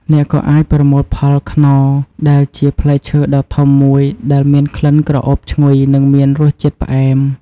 អ្នកក៏អាចប្រមូលផលខ្នុរ ដែលជាផ្លែឈើដ៏ធំមួយដែលមានក្លិនក្រអូបឈ្ងុយនិងមានរសជាតិផ្អែម។